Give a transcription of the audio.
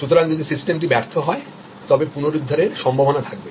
সুতরাং যদি সিস্টেমটি ব্যর্থ হয় তবে পুনরুদ্ধারের সম্ভাবনা থাকবে